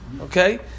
Okay